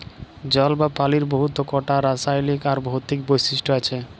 জল বা পালির বহুত কটা রাসায়লিক আর ভৌতিক বৈশিষ্ট আছে